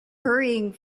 hurrying